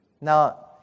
Now